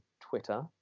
Twitter